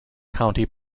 county